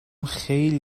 خیلی